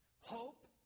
hope